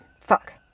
Fuck